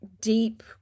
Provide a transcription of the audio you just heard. deep